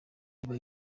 iba